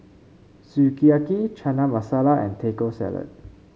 Sukiyaki Chana Masala and Taco Salad